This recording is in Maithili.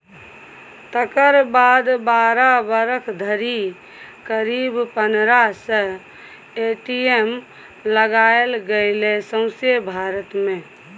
तकर बाद बारह बरख धरि करीब पनरह सय ए.टी.एम लगाएल गेलै सौंसे भारत मे